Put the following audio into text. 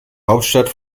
hauptstadt